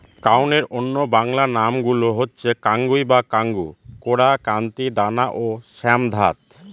কাউনের অন্য বাংলা নামগুলো হচ্ছে কাঙ্গুই বা কাঙ্গু, কোরা, কান্তি, দানা ও শ্যামধাত